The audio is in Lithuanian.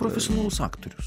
profesionalus aktorius